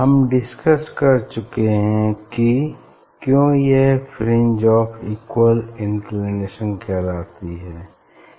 हम डिस्कस कर चुके हैं कि क्यों यह फ्रिंज ऑफ़ इक्वल इंक्लिनेशन कहलाती हैं